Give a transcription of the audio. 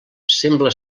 sembla